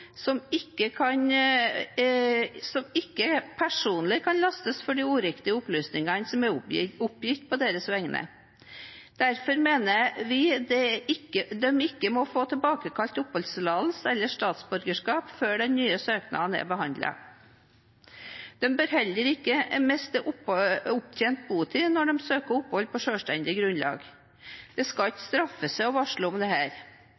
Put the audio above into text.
som ikke personlig kan lastes for uriktige opplysninger som er oppgitt på deres vegne. Derfor mener vi de ikke må få tilbakekalt oppholdstillatelse eller statsborgerskap før den nye søknaden er behandlet. De bør heller ikke miste opptjent botid når de søker opphold på selvstendig grunnlag. Det skal ikke straffe seg å varsle om